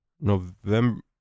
November